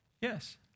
yes